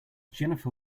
jennifer